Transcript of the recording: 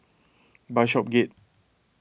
Bishopsgate